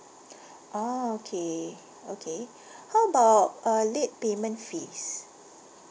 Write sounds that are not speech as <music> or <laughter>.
<breath> orh okay okay how about uh late payment fees